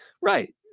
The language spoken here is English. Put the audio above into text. Right